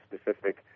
specific